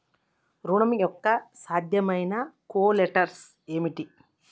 ఋణం యొక్క సాధ్యమైన కొలేటరల్స్ ఏమిటి?